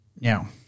Now